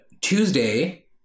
Tuesday